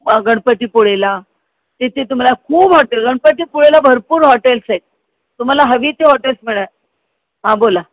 गणपतीपुळेला तिथे तुम्हाला खूप हॉटेल्स गणपतीपुळेला भरपूर हॉटेल्स आहेत तुम्हाला हवी ती हॉटेल्स मिळेल हां बोला